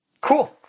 Cool